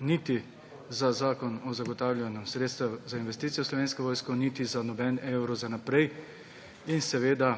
niti za Zakon o zagotavljanju sredstev za investicije v Slovenski vojski niti za nobeden evro za naprej. Če pa